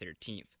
13th